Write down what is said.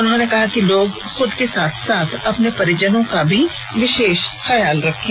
उन्होंने कहा कि लोग खुद के साथ साथ अपने परिजनों का भी विशेष ख्याल रखें